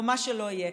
או מה שלא יהיה.